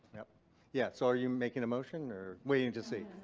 yeah. so are you making a motion or waiting to see?